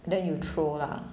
then you throw lah